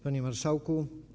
Panie Marszałku!